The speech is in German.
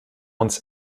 uns